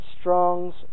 Strong's